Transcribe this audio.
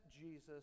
Jesus